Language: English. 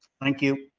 thank you.